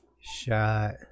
shot